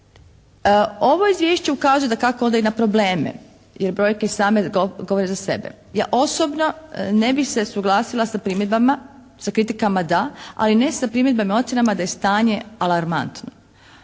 Ovo izvješće ukazuje dakako onda i na probleme jer brojke same govore za sebe. Ja osobno ne bih se suglasila sa primjedbama, sa kritikama da ali ne sa primjedbama i ocjenama da je stanje alarmantno.